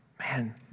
Man